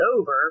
over